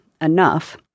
Enough